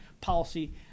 policy